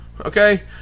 Okay